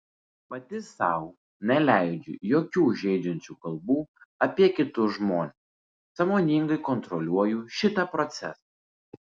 pati sau neleidžiu jokių žeidžiančių kalbų apie kitus žmones sąmoningai kontroliuoju šitą procesą